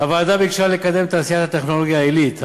הוועדה ביקשה לקדם את תעשיית הטכנולוגיה העילית,